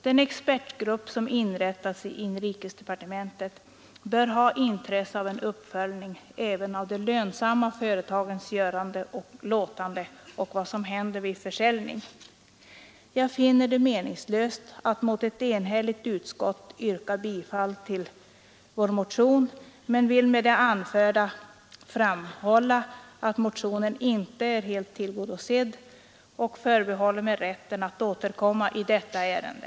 Den expertgrupp som införts i inrikesdepartementet bör ha intresse av en uppföljning även av de lönsamma företagens göranden och låtanden och av vad som händer vid försäljning. Jag finner det meningslöst att mot ett enhälligt utskott yrka bifall till vår motion men vill med det anförda framhålla att motionen inte är helt tillgodosedd och förbehålla mig rätten att återkomma i detta ärende.